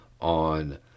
on